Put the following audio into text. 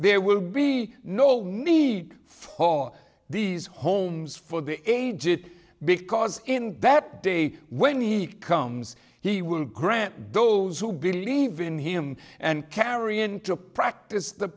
there will be no need for these homes for the aged because in that day when he comes he will grant those who believe in him and carry into practice the